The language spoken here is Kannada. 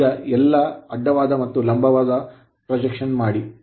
ಈಗ ಎಲ್ಲಾ ಅಡ್ಡವಾದ ಮತ್ತು ಲಂಬವಾದ ಪ್ರೊಜೆಕ್ಷನ್ ಮಾಡಿ